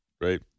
Right